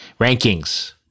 rankings